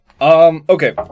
Okay